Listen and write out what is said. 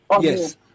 Yes